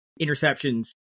interceptions